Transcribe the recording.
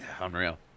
Unreal